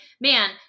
man